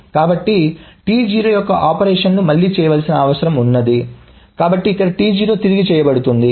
కాబట్టి T0 యొక్క ఆపరేషన్లను మళ్లీ0 చేయాల్సిన అవసరం ఉంది కాబట్టి T0 తిరిగి చేయబడుతుంది